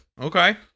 Okay